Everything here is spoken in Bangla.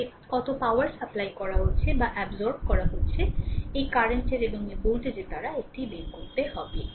এতে কত পাওয়ার সাপ্লাই করা হচ্ছে বা অ্যাবসর্ব করা হচ্ছে এই কারেন্টের এবং ভোল্টেজের দ্বারা এটি বের করতে হবে